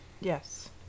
Yes